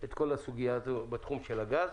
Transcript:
על הסוגיה הזאת בתחום הגז.